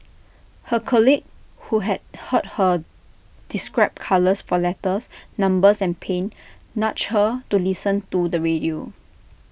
her colleague who had heard her describe colours for letters numbers and pain nudged her to listen to the radio